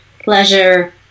pleasure